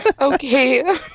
Okay